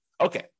Okay